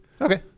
Okay